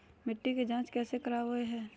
मिट्टी के जांच कैसे करावय है?